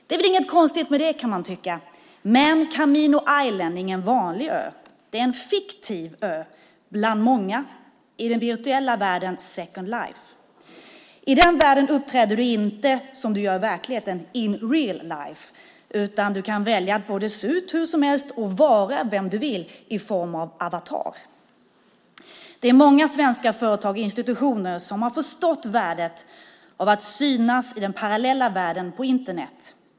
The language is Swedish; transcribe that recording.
Det är väl inget konstigt med det, kan man tycka. Men Kamimo Island är ingen vanlig ö. Det är en fiktiv ö - bland många - i den virtuella datavärlden Second Life. I den världen uppträder du inte som du gör i verkligheten, in real life , utan du kan välja både att se ut hur som helst och att vara vem du vill i form av en avatar. Det är många svenska företag och institutioner som har förstått värdet av att synas i den parallella världen på Internet.